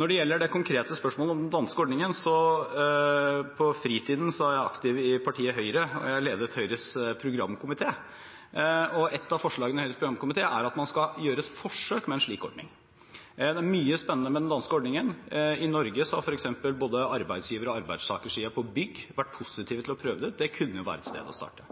Når det gjelder det konkrete spørsmålet om den danske ordningen: På fritiden er jeg aktiv i partiet Høyre, og jeg har ledet Høyres programkomité. Et av forslagene i Høyres programkomité er at man skal gjøre et forsøk med en slik ordning. Det er mye spennende med den danske ordningen. I Norge har f.eks. både arbeidsgiver- og arbeidstakersiden på bygg vært positive til å prøve det ut, og det kunne jo være et sted å starte.